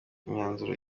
imyanzuro